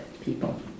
people